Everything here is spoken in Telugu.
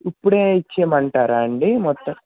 ఇప్పుడే ఇచ్చేమంటారా అండి మొత్తం